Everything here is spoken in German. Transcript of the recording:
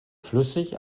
flüssig